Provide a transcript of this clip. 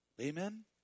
Amen